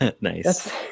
Nice